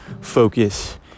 focus